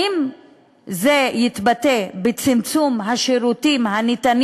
האם זה יתבטא בצמצום השירותים הניתנים